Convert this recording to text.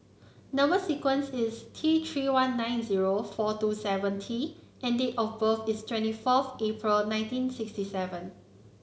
number sequence is T Three one nine zero four two seven T and date of birth is twenty forth April nineteen sixty seven